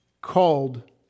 called